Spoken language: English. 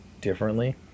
differently